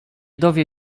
dowie